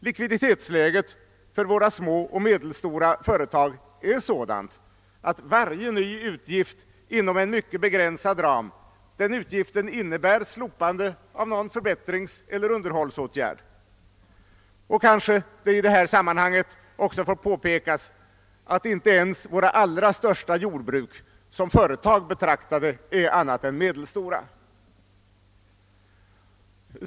Likviditetsläget för våra små och medelstora företag är sådant, att varje ny utgift inom en mycket begränsad ram innebär slopande av någon förbättringseller underhållsåtgärd. Kanske det i detta sammanhang också får påpekas, att inte ens våra allra största jordbruk såsom företag betraktade är mer än medelstora.